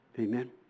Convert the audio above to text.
Amen